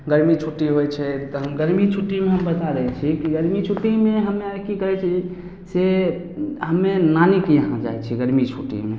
गर्मी छुट्टी होइ छै तऽ गर्मी छुट्टीमे हम बता दै छी कि गर्मी छुट्टीमे हम्मे आर की करै छियै से हम्मे नानीके यहाँ जाइ छियै गर्मी छुट्टीमे